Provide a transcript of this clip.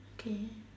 okay